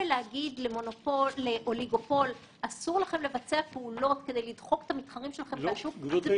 הוא יכול להיחשב למונופול גם אם נתח השוק שלו